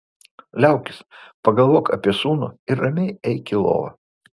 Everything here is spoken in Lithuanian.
liaukis pagalvok apie sūnų ir ramiai eik į lovą